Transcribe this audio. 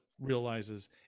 realizes